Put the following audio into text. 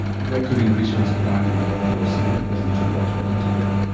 that could increase your risk of dying of an overdose simply because of the two drugs working together.